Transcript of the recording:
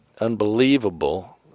unbelievable